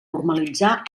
normalitzar